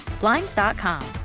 Blinds.com